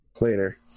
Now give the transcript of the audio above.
later